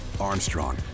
Armstrong